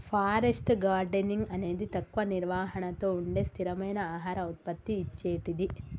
forest gardening అనేది తక్కువ నిర్వహణతో ఉండే స్థిరమైన ఆహార ఉత్పత్తి ఇచ్చేటిది